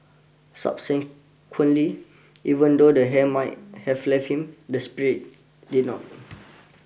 subsequently even though the hair might have left him the spirit did not